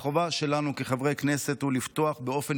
והחובה שלנו כחברי כנסת היא לפתוח באופן